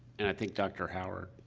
and i think dr. howard,